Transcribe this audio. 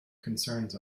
concerns